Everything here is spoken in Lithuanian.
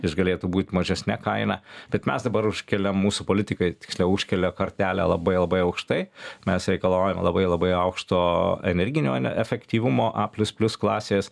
jis galėtų būt mažesne kaina bet mes dabar užkeliam mūsų politikai tiksliau užkelia kartelę labai labai aukštai mes reikalaujam labai labai aukšto energinio ene efektyvumo a plius plius klasės